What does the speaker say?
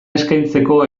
eskaintzeko